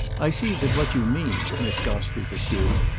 i see that what you mean, miss gostrey pursued,